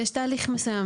יש תהליך מסוים,